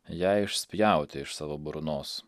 ją išspjauti iš savo burnos